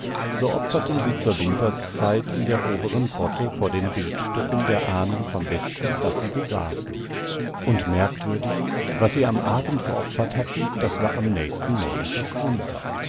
so opferten sie zur winterszeit in der oberen grotte vor den bildstöcken der ahnen vom besten das sie besaßen und merkwürdig was sie am abend geopfert hatten das war am nächsten morgen verschwunden